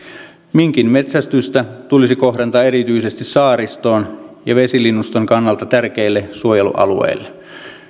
minkin metsästystä tulisi kohdentaa erityisesti saaristoon ja vesilinnuston kannalta tärkeille suojelualueille